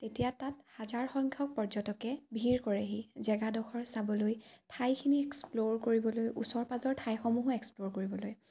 তেতিয়া তাত হাজাৰ সংখ্যক পৰ্যটকে ভিৰ কৰেহি জেগাডোখৰ চাবলৈ ঠাইখিনি এক্সপ্ল'ৰ কৰিবলৈ ওচৰ পাঁজৰ ঠাইসমূহো এক্সপ্ল'ৰ কৰিবলৈ